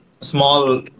small